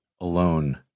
alone